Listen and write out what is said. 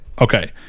Okay